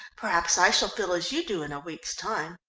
perhaps i shall feel as you do in a week's time.